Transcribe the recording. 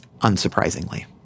unsurprisingly